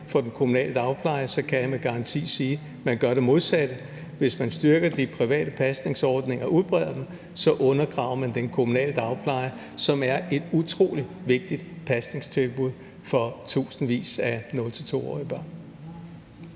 for den kommunale dagpleje, for jeg kan med garanti sige, at man gør det modsatte. Hvis man styrker de private pasningsordninger, altså udbreder dem, så undergraver man den kommunale dagpleje, som er et utrolig vigtigt pasningstilbud for tusindvis af 0-2-årige børn.